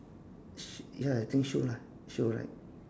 sh~ ya I think shoe lah shoe right